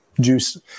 juice